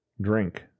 Drink